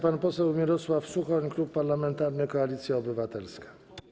Pan poseł Mirosław Suchoń, Klub Parlamentarny Koalicja Obywatelska.